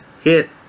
hit